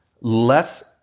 less